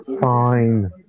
Fine